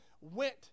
went